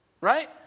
Right